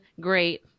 great